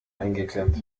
eingeklemmt